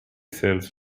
sells